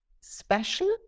special